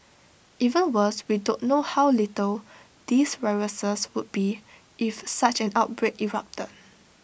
even worse we don't know how lethal these viruses would be if such an outbreak erupted